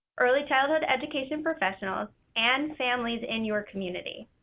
early childhood education professionals, and families in your community.